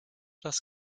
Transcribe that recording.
das